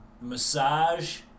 massage